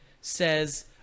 says